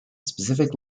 specific